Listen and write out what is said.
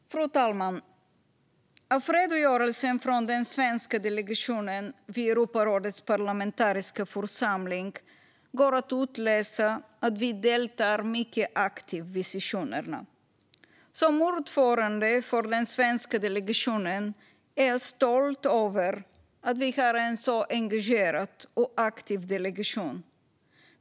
Fru talman! Av redogörelsen från den svenska delegationen vid Europarådets parlamentariska församling går att utläsa att vi deltar mycket aktivt vid sessionerna. Som ordförande för den svenska delegationen är jag stolt över att vi är en så engagerad och aktiv delegation.